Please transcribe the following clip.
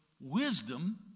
wisdom